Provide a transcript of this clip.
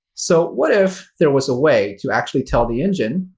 so what if there was a way to actually tell the engine,